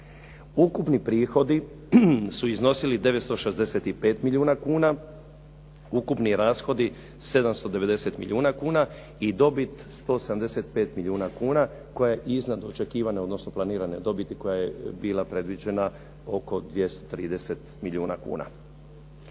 Ukupni prihodi su iznosili 965 milijuna kuna, ukupni rashodi 790 milijuna kuna i dobit 175 milijuna kuna koja je iznad očekivane, odnosno planirane dobiti koja je bila predviđena oko 230 milijuna kuna.